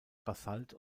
basalt